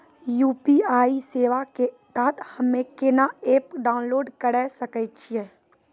UPI सेवा के तहत हम्मे केना एप्प डाउनलोड करे सकय छियै?